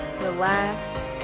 relax